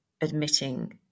admitting